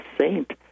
saint